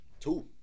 Two